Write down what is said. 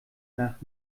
nach